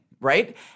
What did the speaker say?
right